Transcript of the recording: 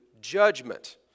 judgment